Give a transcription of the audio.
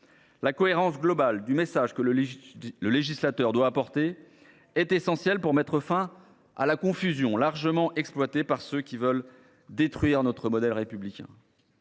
La cohérence globale du message que le législateur doit émettre est essentielle pour mettre fin à la confusion largement exploitée par ceux qui veulent détruire notre modèle républicain.